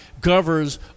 governs